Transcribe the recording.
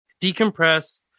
Decompress